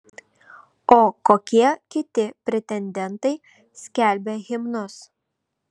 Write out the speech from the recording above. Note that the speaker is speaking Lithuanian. o kokie kiti pretendentai skelbia himnus